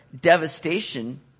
devastation